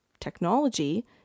technology